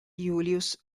julius